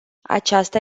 aceasta